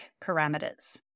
parameters